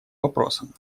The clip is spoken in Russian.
вопросам